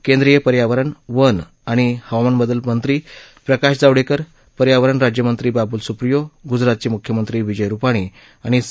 केंद्रीय पर्यावरण वन आणि हवामानबदल मंत्री प्रकाश जावडेकर पर्यावरण राज्यमंत्री बाबुल सुप्रियो गुजरातचे मुख्यमंत्री विजय रुपानी आणि सी